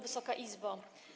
Wysoka Izbo!